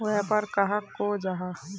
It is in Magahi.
व्यापार कहाक को जाहा?